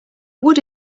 would